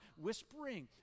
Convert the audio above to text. whispering